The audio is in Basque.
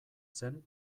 zen